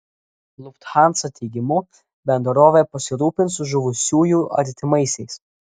lufthansa teigimu bendrovė pasirūpins žuvusiųjų artimaisiais